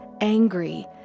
angry